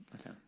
Okay